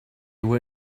were